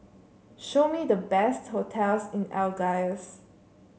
show me the best hotels in Algiers